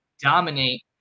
dominate